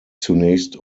zunächst